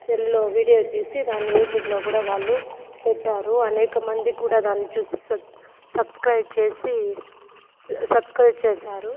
సెల్లో వీడియో తీసి దాన్ని యూట్యూబ్లో కూడా వాళ్ళు పెట్టారు అనేక మంది కూడా దాన్ని చూసి స సబ్స్క్రైబ్ చేసి స సబ్స్క్రైబ్ చేశారు